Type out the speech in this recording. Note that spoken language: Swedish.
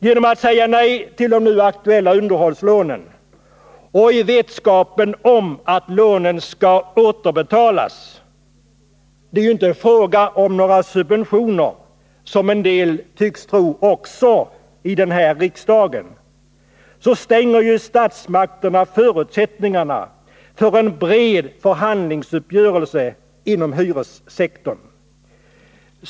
Genom att säga nej till de nu aktuella underhållslånen och i vetskapen om att lånen skall återbetalas — det är ju inte fråga om några subventioner, som en del tycks tro också här i riksdagen — stänger statsmakterna förutsättningarna för en bred förhandlingsuppgörelse inom hyressektorn.